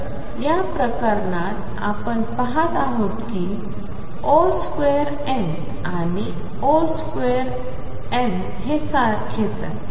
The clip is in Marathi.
तर या प्रकरणात आपण पाहत आहोत कि On2 आणि ⟨On2 ⟩ हे सारखेच आहे